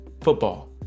football